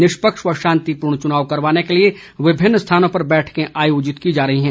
निष्पक्ष व शांतिपूर्ण चुनाव करवाने के लिए विभिन्न स्थानों पर बैठकें आयोजित की जा रही है